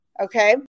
Okay